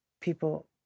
people